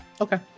Okay